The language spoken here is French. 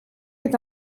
est